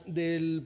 del